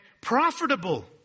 profitable